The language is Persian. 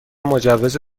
مجوز